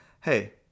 hey